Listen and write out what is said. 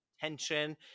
tension